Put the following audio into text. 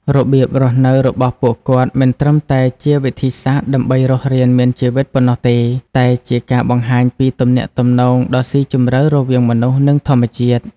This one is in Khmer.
របៀបរស់នៅរបស់ពួកគាត់មិនត្រឹមតែជាវិធីសាស្រ្តដើម្បីរស់រានមានជីវិតប៉ុណ្ណោះទេ តែជាការបង្ហាញពីទំនាក់ទំនងដ៏ស៊ីជម្រៅរវាងមនុស្ស និងធម្មជាតិ។